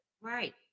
Right